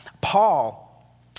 Paul